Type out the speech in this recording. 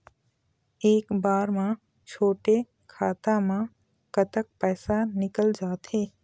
एक बार म छोटे खाता म कतक पैसा निकल जाथे?